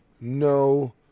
no